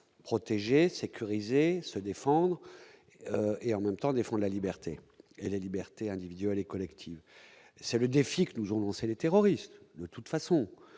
protéger, sécuriser, se défend et en même temps, défendent la liberté et la liberté individuelle et collective, c'est le défi. Nous lancé les terroristes de toute façon,